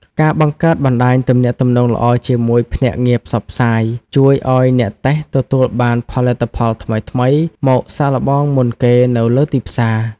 ការបង្កើតបណ្តាញទំនាក់ទំនងល្អជាមួយភ្នាក់ងារផ្សព្វផ្សាយ ជួយឱ្យអ្នកតេស្តទទួលបានផលិតផលថ្មីៗមកសាកល្បងមុនគេនៅលើទីផ្សារ។